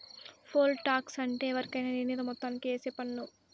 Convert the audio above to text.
pole tax అంటే ఎవరికైనా నిర్ణీత మొత్తానికి ఏసే పన్ను